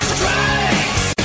Strikes